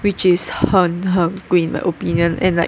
which is 很很贵 in my opinion and like